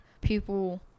people